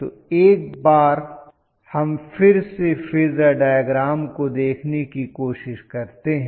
तो एक बार हम फिर से फेजर डायग्राम को देखने की कोशिश करते हैं